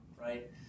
right